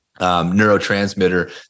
neurotransmitter